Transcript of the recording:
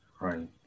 Right